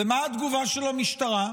ומה התגובה של המשטרה?